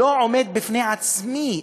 לא עומד בפני עצמי,